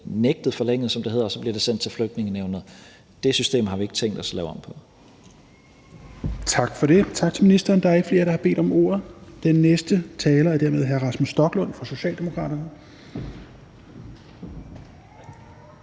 nægtet forlænget, som det hedder, og så bliver det sendt til Flygtningenævnet. Det system har vi ikke tænkt os at lave om på. Kl. 13:15 Fjerde næstformand (Rasmus Helveg Petersen): Tak til ministeren. Der er ikke flere, der har bedt om ordet. Den næste taler er dermed hr. Rasmus Stoklund fra Socialdemokraterne.